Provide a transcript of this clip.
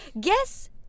guess